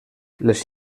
les